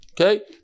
okay